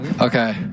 Okay